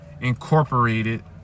incorporated